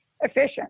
efficient